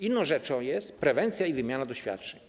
Inną rzeczą jest prewencja i wymiana doświadczeń.